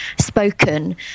spoken